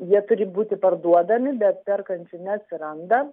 jie turi būti parduodami bet perkančių neatsiranda